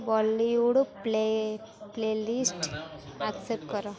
Bollywood play playlist କର